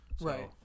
right